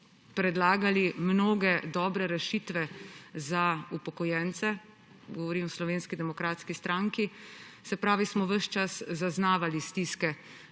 predlagali mnoge dobre rešitve za upokojence. Govorim o Slovenski demokratski stranki. Se pravi, da smo ves čas zaznavali stiske